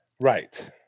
Right